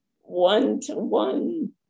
one-to-one